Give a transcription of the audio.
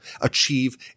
achieve